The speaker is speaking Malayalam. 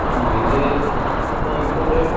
ആ ഇത് കോഴിക്കോട്